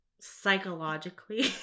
psychologically